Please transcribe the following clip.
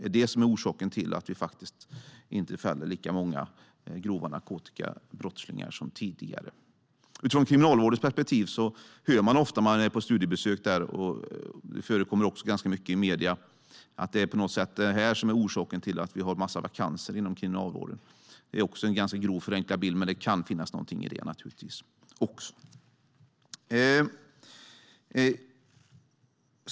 Är det orsaken till att det inte är lika många som fälls för grova narkotikabrott som tidigare? På studiebesök hos Kriminalvården får man ofta höra att det, utifrån deras perspektiv, på något sätt skulle vara orsaken till att det finns en massa vakanser inom Kriminalvården. Argumentet förekommer också ganska ofta i medierna. Det är en ganska grovt förenklad bild. Men det kan ligga något i det också.